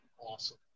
awesome